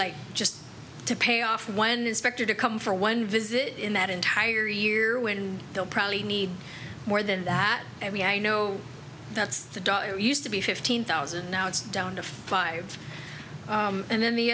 like just to pay off one inspector to come for one visit in that entire year when they'll probably need more than that i mean i know that's the dollar used to be fifteen thousand now it's down to five and then the